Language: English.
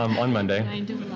um on monday. i and